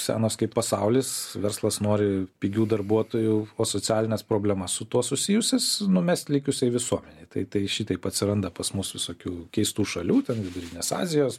senos kaip pasaulis verslas nori pigių darbuotojų o socialines problemas su tuo susijusias numest likusiai visuomenei tai tai šitaip atsiranda pas mus visokių keistų šalių ten vidurinės azijos